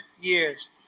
years